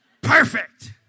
Perfect